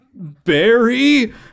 Barry